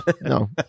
No